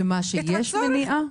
שיש מניעה?